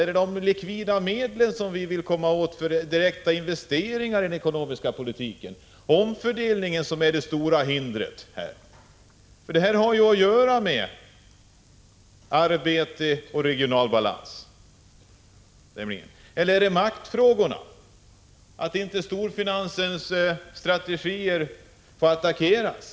Är det de likvida medel som vi vill komma åt för direkta investeringar? Eller är det omfördelningen som är det stora hindret? Det här har ju att göra med arbete och regional balans. Eller är det maktfrågorna, att storfinansens strategier inte får attackeras?